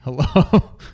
Hello